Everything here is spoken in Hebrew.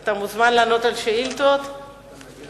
אתה מוזמן לענות על שאילתא אחת.